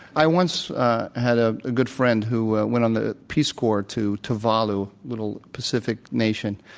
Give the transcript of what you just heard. i once had a good friend who went on the peace corps to tuvalu, little pacific nation